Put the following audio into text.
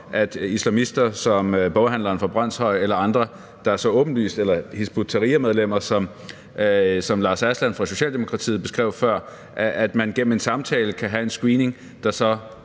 til islamister som boghandleren fra Brønshøj eller Hizb ut-Tahrir-medlemmer, som hr. Lars Aslan Rasmussen fra Socialdemokratiet beskrev før, gennem en samtale kan have en screening, der så